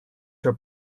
your